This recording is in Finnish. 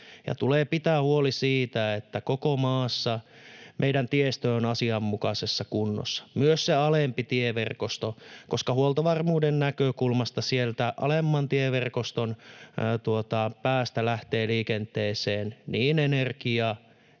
ja tulee pitää huoli siitä, että koko maassa meidän tiestö on asianmukaisessa kunnossa, myös se alempi tieverkosto, koska huoltovarmuuden näkökulmasta sieltä alemman tieverkoston päästä lähtevät liikenteeseen niin energia